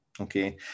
okay